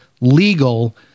legal